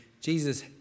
Jesus